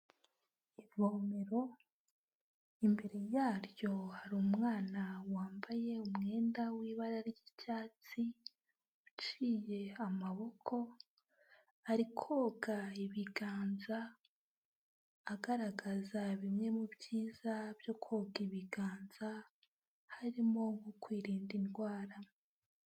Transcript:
Ivomero imbere yaryo hari umwana wambaye umwenda w'ibara ry'icyatsi uciye amaboko, ari koga ibiganza, agaragaza bimwe mu byiza byo koga ibiganza, harimo nko kwirinda indwara.